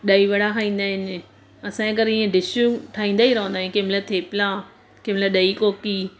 ॾई वड़ा खाईंदा आहिनि असांजे घर ईअं डिशियूं ठाईंदा ई रहंदा आहिनि कंहिं महिल थेपला कंहिं महिल ॾई कोकी